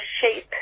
shape